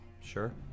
Sure